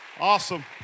Awesome